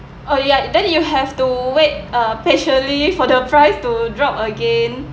oh ya then you have to wait uh patiently for the price to drop again